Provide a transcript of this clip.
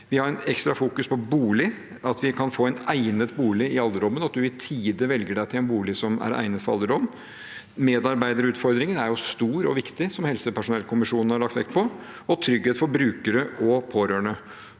ekstra på bolig, at man skal få en egnet bolig i alderdommen, og at man i tide velger seg en bolig som egner seg for alderdommen. Medarbeiderutfordringen er stor og viktig, som helsepersonellkommisjonen har lagt vekt på. Vi må også ha trygghet for brukere og pårørende.